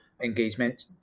engagement